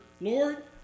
Lord